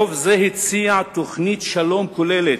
רוב זה הציע תוכנית שלום כוללת,